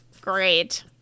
Great